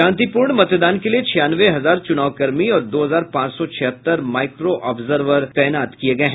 शांतिपूर्ण मतदान के लिए छियानवे हजार चुनावकर्मी और दो हजार पांच सौ छिहत्तर माइक्रो ऑब्जर्वर तैनात किये गये हैं